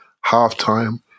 half-time